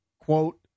quote